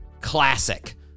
classic